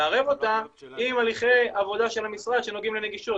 ומערב אותה עם הליכי עבודה של המשרד שנוגעים לנגישות.